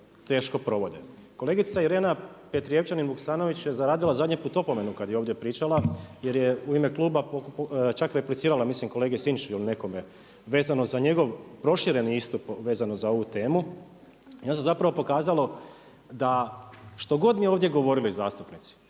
teško provode. Kolegica Irena Petrijevčanin Vuksanović je zaradila zadnji put opomenu kada je ovdje pričala, jer je u ime kluba čak replicirala, mislim kolegi Sinčiću ili nekom vezano za njegov prošireni istup, vezano za ovu temu. I onda se zapravo pokazalo da što god ovdje govorili zastupnici,